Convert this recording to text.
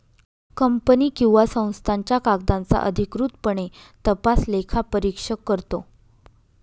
company किंवा संस्थांच्या कागदांचा अधिकृतपणे तपास लेखापरीक्षक करतो